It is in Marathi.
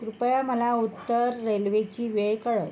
कृपया मला उत्तर रेल्वेची वेळ कळव